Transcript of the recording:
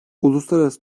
uluslararası